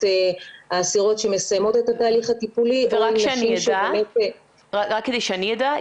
האסירות שמסיימות את התהליך הטיפולי --- רק כדי שאדע,